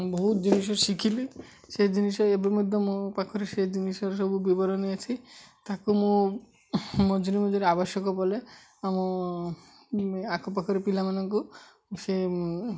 ବହୁତ ଜିନିଷ ଶିଖିବି ସେ ଜିନିଷ ଏବେ ମଧ୍ୟ ମୋ ପାଖରେ ସେ ଜିନିଷର ସବୁ ବିବରଣୀ ଅଛି ତାକୁ ମୁଁ ମଝିରେ ମଝିରେ ଆବଶ୍ୟକ ବଲେ ଆମ ଆଖ ପାଖରେ ପିଲାମାନଙ୍କୁ ସେ